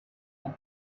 area